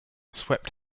swept